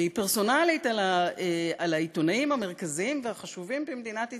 היא פרסונלית על העיתונאים המרכזיים והחשובים במדינת ישראל,